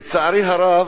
לצערי הרב,